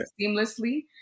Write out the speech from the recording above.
seamlessly